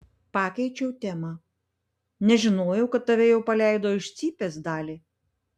pakeičiau temą nežinojau kad tave jau paleido iš cypės dali